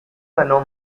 ganó